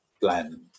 Plan